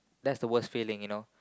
that's the worst feeling you know